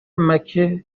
مکه